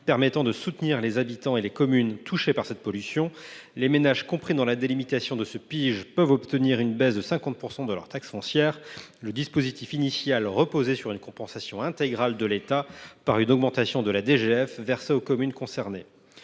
permettant de soutenir les habitants et les communes touchés par cette pollution. Les ménages compris dans la délimitation de ce PIG peuvent obtenir une baisse de 50 % de leur taxe foncière. Le dispositif initial reposait sur une compensation intégrale de l’État par une augmentation de la DGF versée aux communes concernées.